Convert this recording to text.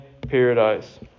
paradise